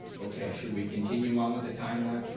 okay, should we continue on with the timeline?